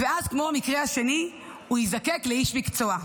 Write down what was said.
ואז, כמו במקרה השני, הוא יזדקק לאיש מקצוע.